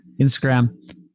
Instagram